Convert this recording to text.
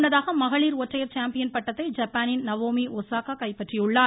முன்னதாக மகளிர் ஒற்றையர் சாம்பியன் பட்டத்தை ஜப்பானின் நவோமி ஒசாகா கைப்பற்றியுள்ளார்